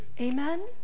Amen